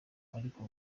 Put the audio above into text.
ariko